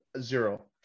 Zero